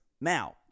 Now